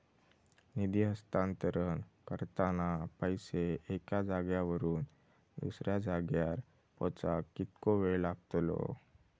निधी हस्तांतरण करताना पैसे एक्या जाग्यावरून दुसऱ्या जाग्यार पोचाक कितको वेळ लागतलो?